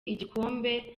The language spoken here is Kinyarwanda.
igikombe